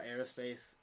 aerospace